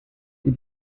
die